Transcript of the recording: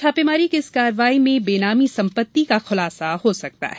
छापे की कार्रवाई में बेनामी संपत्ति का खुलासा हो सकता है